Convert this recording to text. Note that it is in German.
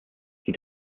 die